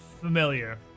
familiar